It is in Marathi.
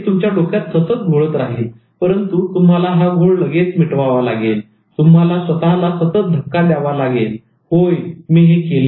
हे तुमच्या डोक्यात सतत घोळत राहिल परंतु तुम्हाला हा घोळ लगेच मिटवावा लागेल तुम्हाला स्वतःला सतत धक्का द्यावा लागेल होय मी हे केले